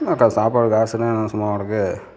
சாப்பாட்டுக்கு காசுன்னால் என்ன சும்மாவா கிடக்கு